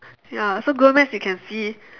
ya so google maps you can see